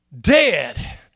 dead